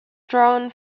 drawn